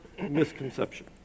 misconception